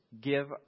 Give